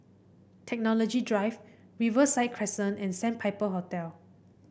Technology Drive Riverside Crescent and Sandpiper Hotel